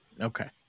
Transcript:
Okay